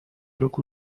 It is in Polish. roku